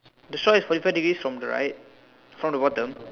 the straw is for people to use from the right from the bottom